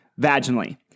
vaginally